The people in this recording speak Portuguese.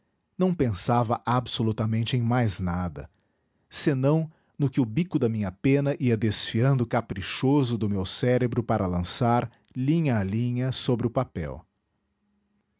não pensava absolutamente em mais nada senão no que o bico da minha pena ia desfiando caprichoso do meu cérebro para lançar linha a linha sobre o papel